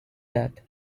that